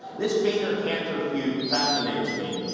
this boehner-cantor feud fascinates me.